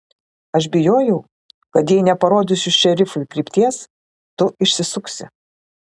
aš bijojau kad jei neparodysiu šerifui krypties tu išsisuksi